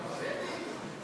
כן,